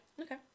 okay